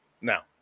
Now